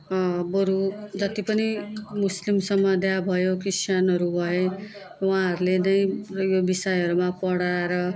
बरु जति पनि मुसलिम समुदाय भयो क्रिस्चिनहरू भए उहाँहरूले नै यो विषयहरूमा पढाएर